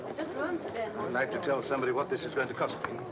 just once. i'd like to tell somebody what this is going to cost me.